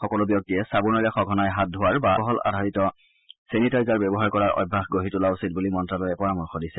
সকলো ব্যক্তিয়ে চাবোনেৰে সঘনাই হাত ধোৱাৰ বা এলকহল আধাৰিত চেনিটাইজাৰ ব্যৱহাৰ কৰাৰ অভ্যাস গঢ়ি তোলা উচিত বুলি মন্ত্যালয়ে পৰামৰ্শ দিছে